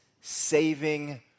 saving